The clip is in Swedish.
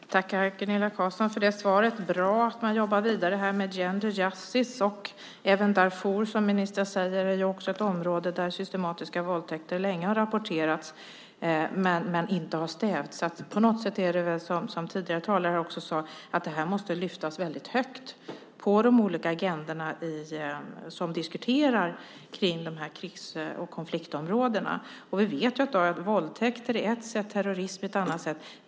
Fru talman! Jag tackar Gunilla Carlsson för det svaret. Det är bra att man jobbar vidare med Gender Justice och även Darfur, som ju, som ministern säger, också är ett område där systematiska våldtäkter länge har rapporterats men inte har stävjats. På något sätt är det så som tidigare talare sade: Det här måste lyftas upp väldigt högt på de olika agendorna där man diskuterar kring de här krigs och konfliktområdena. Vi vet ju att våldtäkter är ett sätt och terrorism är ett annat.